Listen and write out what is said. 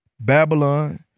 Babylon